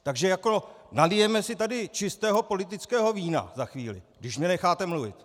Takže nalijeme si tady čistého politického vína za chvíli, když mě necháte mluvit!